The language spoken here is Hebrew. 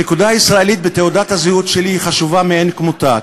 הנקודה הישראלית בתעודת הזהות שלי חשובה מאין כמותה,